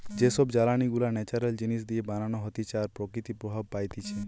যে সব জ্বালানি গুলা ন্যাচারাল জিনিস দিয়ে বানানো হতিছে আর প্রকৃতি প্রভাব পাইতিছে